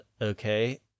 okay